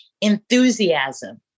enthusiasm